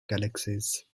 galaxies